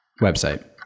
Website